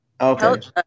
Okay